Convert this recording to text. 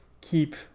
keep